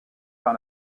par